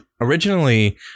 originally